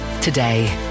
today